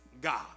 God